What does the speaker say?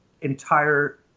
entire